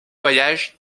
voyages